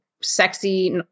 sexy